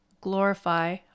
glorify